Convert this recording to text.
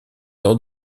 lors